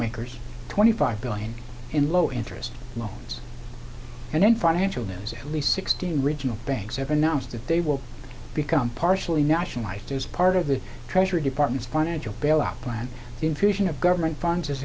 makers twenty five billion in low interest loans and in financial news at least sixteen regional banks have announced that they will become partially national life as part of the treasury department's financial bailout plan the infusion of government funds is